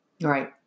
Right